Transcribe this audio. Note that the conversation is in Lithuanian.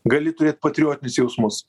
gali turėt patriotinius jausmus